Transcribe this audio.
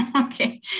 Okay